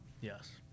Yes